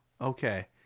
Okay